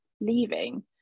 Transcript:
leaving